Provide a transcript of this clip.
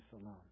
alone